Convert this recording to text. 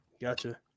Gotcha